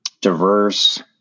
diverse